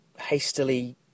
hastily